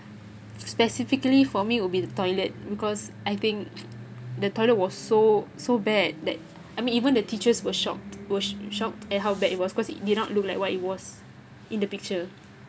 specifically for me will be the toilet because I think the toilet was so so bad that I mean even the teachers were shocked were shocked at how bad it was cause it did not look like what it was in the picture